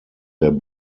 der